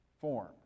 form